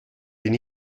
bin